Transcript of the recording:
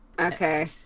okay